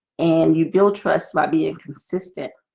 and you build trust by being consistent